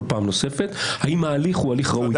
פעם נוספת האם ההליך הוא הליך ראוי.